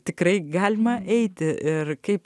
tikrai galima eiti ir kaip